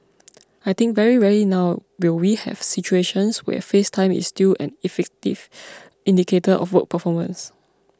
I think very rarely now will we have situations where face time is still an effective indicator of work performance